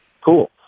Cool